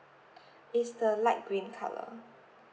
it's the light green colour